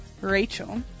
Rachel